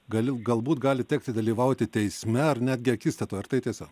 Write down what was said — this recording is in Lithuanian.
gali galbūt gali tekti dalyvauti teisme ar netgi akistatoj ar tai tiesa